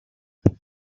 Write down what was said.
whom